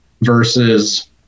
versus